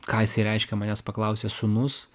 ką jisai reiškia manęs paklausė sūnus